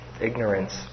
ignorance